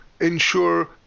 ensure